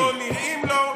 חוקים רק כי הם לא נראים לו,